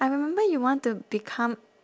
I remember you want to become